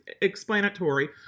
explanatory